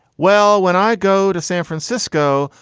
well, when i go to san francisco,